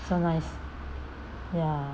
so nice ya